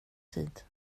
tid